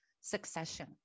Succession